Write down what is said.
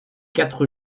quatre